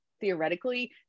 theoretically